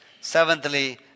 Seventhly